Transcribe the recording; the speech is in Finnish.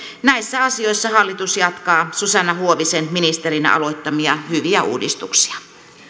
näissä asioissa hallitus jatkaa susanna huovisen ministerinä aloittamia hyviä uudistuksia